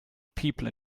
people